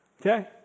okay